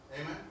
Amen